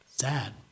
Sad